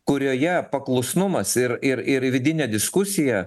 kurioje paklusnumas ir ir ir vidinė diskusija